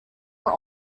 were